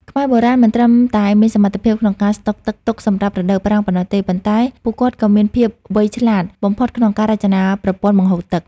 ខ្មែរបុរាណមិនត្រឹមតែមានសមត្ថភាពក្នុងការស្ដុកទឹកទុកសម្រាប់រដូវប្រាំងប៉ុណ្ណោះទេ ប៉ុន្តែពួកគាត់ក៏មានភាពវៃឆ្លាតបំផុតក្នុងការរចនាប្រព័ន្ធបង្ហូរទឹក។